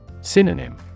Synonym